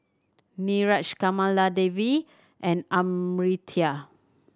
Niraj Kamaladevi and Amartya